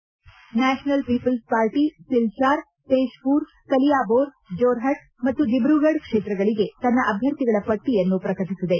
ಈ ನಡುವೆ National People's Party Silchar Tezpur Kaliabor Jorhat ಮತ್ತು ದಿಬ್ರೂಗಢ್ ಕ್ಷೇತ್ರಗಳಿಗೆ ತನ್ನ ಅಭ್ಯರ್ಥಿಗಳ ಪಟ್ಟಿಯನ್ನು ಪ್ರಕಟಿಸಿದೆ